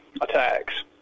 attacks